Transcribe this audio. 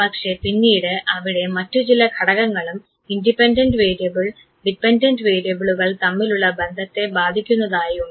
പക്ഷേ പിന്നീട് അവിടെ മറ്റു ചില ഘടകങ്ങളും ഇൻഡിപെൻഡൻറ് വേരിയബിൾ ഡിപെൻഡൻറ് വേരിയബിളുകൾ തമ്മിലുള്ള ബന്ധത്തെ ബാധിക്കുന്നതായി ഉണ്ട്